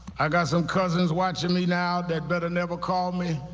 i got some cousins watching me now, they better never call me.